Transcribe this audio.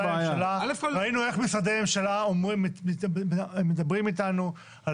ראינו איך משרדי ממשלה מדברים איתנו על